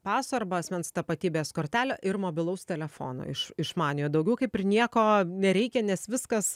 paso arba asmens tapatybės kortelę ir mobilaus telefono iš išmaniojo daugiau kaip ir nieko nereikia nes viskas